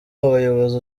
abayobozi